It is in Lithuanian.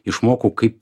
išmokau kaip